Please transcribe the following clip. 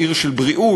עיר של בריאות,